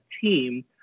team